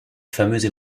fameuse